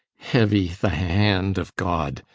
heavy the hand of god,